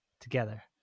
together